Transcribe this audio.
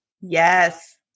Yes